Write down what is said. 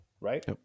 right